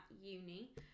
uni